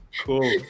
cool